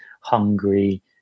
hungry